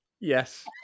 Yes